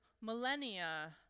millennia